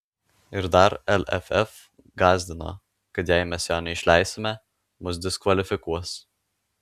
ir dar lff gąsdino kad jei mes jo neišleisime mus diskvalifikuos